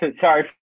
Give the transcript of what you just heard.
Sorry